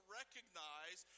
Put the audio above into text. recognize